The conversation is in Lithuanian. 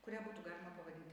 kurią būtų galima pavadinti